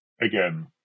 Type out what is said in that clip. again